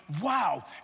wow